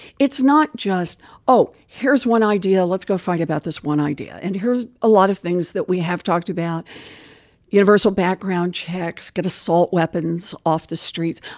it's not just oh, here's one idea let's go fight about this one idea and here's a lot of things that we have talked about universal background checks, get assault weapons off the streets.